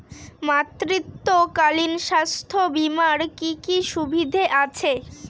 মাতৃত্বকালীন স্বাস্থ্য বীমার কি কি সুবিধে আছে?